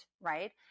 right